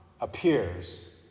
appears